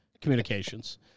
communications